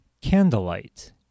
candlelight